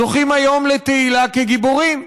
זוכים היום לתהילה כגיבורים,